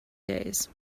days